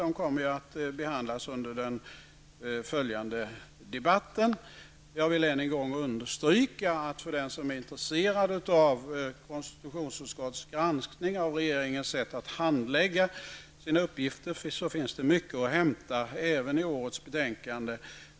De kommer att behandlas under den följande debatten. Jag vill än en gång understryka att för den som är intresserad av konstitutionsutskottets granskning av regeringens sätt att handlägga sina uppgifter finns det mycket att hämta även i årets betänkande.